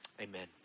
Amen